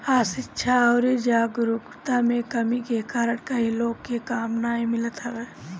अशिक्षा अउरी जागरूकता में कमी के कारण कई लोग के काम नाइ मिलत हवे